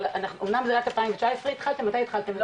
אמנם רק ב-2019 התחלתם, מתי התחלתם?